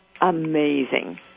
amazing